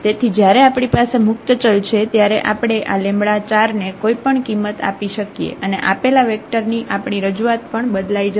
તેથી જયારે આપણી પાસે મુક્ત ચલ છે ત્યારે આપણે આ લેમ્બડા 4 ને કોઈ પણ કિંમત આપી શકીએ અને આપેલા વેક્ટર ની આપણી રજૂઆત પણ બદલાઈ જશે